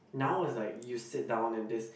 now is like you sit down in this